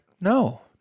no